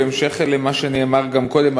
ובהמשך למה שנאמר גם קודם,